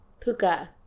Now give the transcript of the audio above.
Puka